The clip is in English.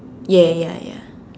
ya ya ya